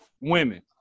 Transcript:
women